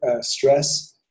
stress